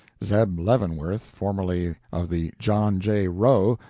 zeb leavenworth, formerly of the john j. roe,